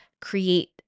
create